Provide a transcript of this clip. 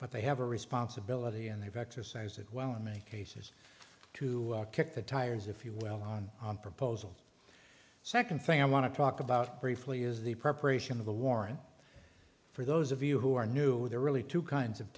but they have a responsibility and they've exercise it well in many cases to kick the tires if you will on proposal second thing i want to talk about briefly is the preparation of the warrant for those of you who are new there are really two kinds of